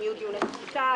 אם יהיו דיוני חקיקה,